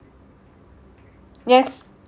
yes